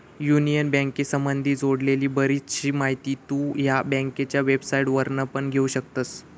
union बँकेसंबधी जोडलेली बरीचशी माहिती तु ह्या बँकेच्या वेबसाईटवरना पण घेउ शकतस